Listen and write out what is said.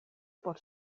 por